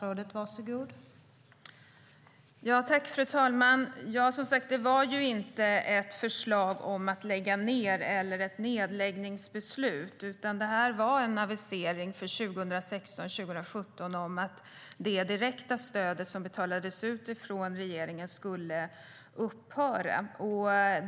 Fru talman! Det var som sagt inte ett förslag om att lägga ned eller ett nedläggningsbeslut. Det var en avisering för 2016-2017 om att det direkta stöd som betalas ut från regeringen skulle upphöra.